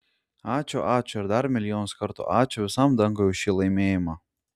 ačiū ačiū ir dar milijonus kartų ačiū visam dangui už šį laimėjimą